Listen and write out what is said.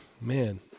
man